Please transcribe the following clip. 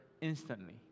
instantly